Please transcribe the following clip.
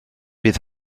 bydd